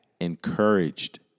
encouraged